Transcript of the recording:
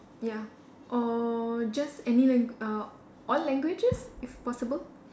ya or just any lang~ uh all languages if possible